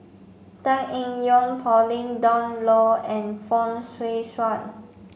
Tan Eng Yoon Pauline Dawn Loh and Fong Swee Suan